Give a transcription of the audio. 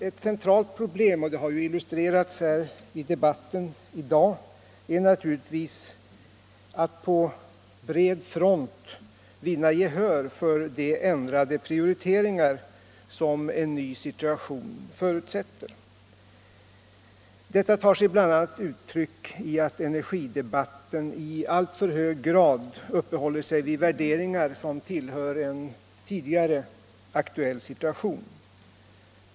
Ett centralt problem — det har illustrerats i debatten i dag — är naturligtvis att på bred front vinna gehör för de ändrade prioriteringar som en ny situation förutsätter. Detta tar sig bl.a. uttryck i att energidebatten i alltför hög grad uppehåller sig vid värderingar som tillhör en tidigare aktuell situation.